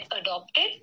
adopted